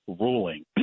ruling